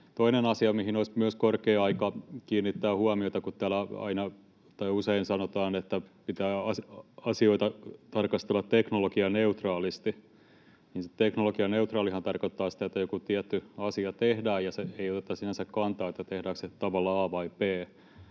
toinen asia, mihin olisi myös korkea aika kiinnittää huomiota: Kun täällä usein sanotaan, että pitää tarkastella asioita teknologianeutraalisti, niin se teknologianeutraalihan tarkoittaa sitä, että joku tietty asia tehdään, ja se ei ota sinänsä kantaa, tehdäänkö se tavalla A vai B.